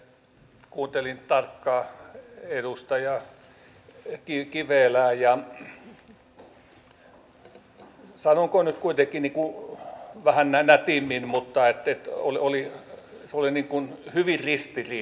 kuuntelin tarkkaan edustaja kivelää ja sanonko nyt kuitenkin niin kuin vähän nätimmin että se oli hyvin ristiriitainen